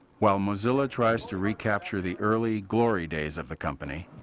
while mozilla tries to recapture the early, glory days of the company,